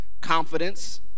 confidence